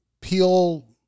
Peel